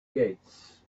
gates